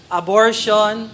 abortion